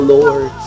Lord